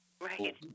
Right